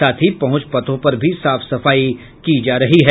साथ ही पहुंच पथों पर भी साफ सफाई की जा रही है